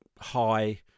high